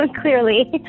clearly